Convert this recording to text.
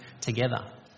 together